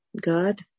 God